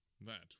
That